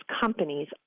companies